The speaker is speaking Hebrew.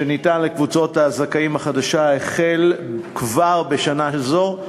שניתן לקבוצות הזכאים החדשה כבר החל בשנה הזאת.